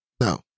No